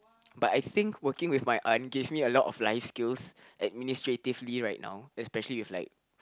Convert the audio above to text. but I think working with my aunt give me a lot of life skills administratively right now especially with like